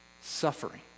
Suffering